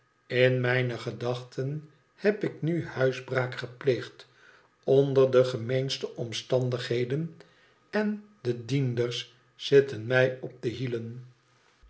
in mijne gedachten heb ik nu huisbraak gepleegd onder de gemeenste omstandigheden en de dienders zitten mij op de hielen